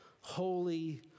holy